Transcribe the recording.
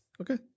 Okay